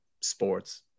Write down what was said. sports